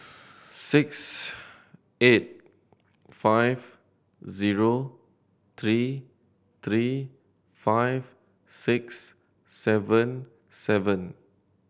six eight five zero three three five six seven seven